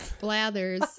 Blathers